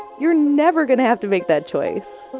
you're never going to have to make that choice.